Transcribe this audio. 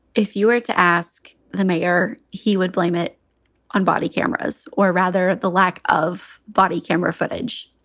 if you were to ask the mayor, he would blame it on body cameras or rather the lack of body camera footage.